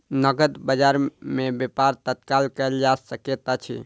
नकद बजार में व्यापार तत्काल कएल जा सकैत अछि